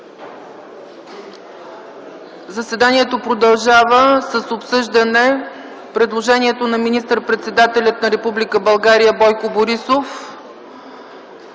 Заседанието продължава с обсъждане предложението на министър-председателя на Република България Бойко Борисов